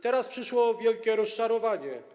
Teraz przyszło wielkie rozczarowanie.